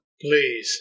Please